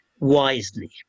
wisely